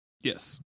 Yes